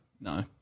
No